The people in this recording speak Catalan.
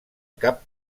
cap